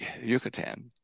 Yucatan